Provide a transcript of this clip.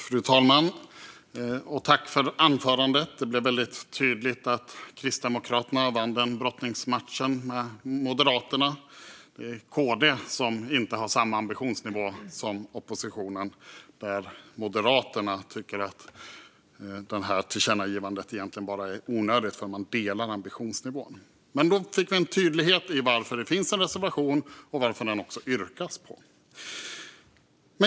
Fru talman! Tack, Kjell-Arne Ottosson, för anförandet! Det blev väldigt tydligt att Kristdemokraterna vann den brottningsmatchen mot Moderaterna. Det är KD som inte har samma ambitionsnivå som oppositionen, medan Moderaterna tycker att tillkännagivandet egentligen bara är onödigt eftersom man delar ambitionsnivån. Men nu fick vi en tydlighet i varför det finns en reservation och varför den också yrkas på.